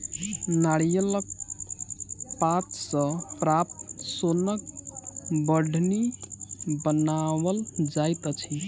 नारियलक पात सॅ प्राप्त सोनक बाढ़नि बनाओल जाइत अछि